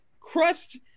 crushed